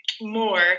more